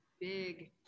big